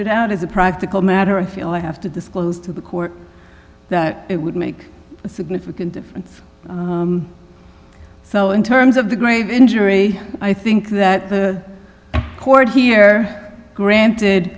it out as a practical matter i feel i have to disclose to the court that it would make a significant difference so in terms of the grave injury i think that the court here granted